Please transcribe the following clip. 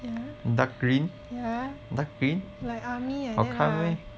yeah yeah like army like that lah